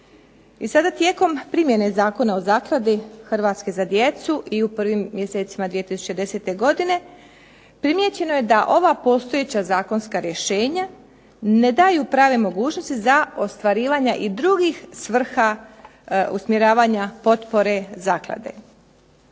I sada tijekom primjena Zakona o Zaklada "Hrvatska za djecu" i u prvim mjesecima 2010. godine primijećeno je da ova postojeća zakonska rješenja ne daju prave mogućnosti za ostvarivanje i drugih svrha usmjeravanja potpora zaklade.